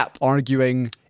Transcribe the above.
arguing